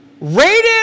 rated